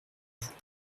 vous